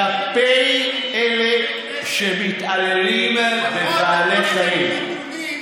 כלפי אלה שמתעללים בבעלי חיים.